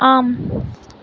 ஆம்